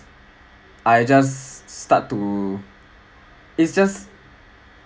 I just stuck to it's just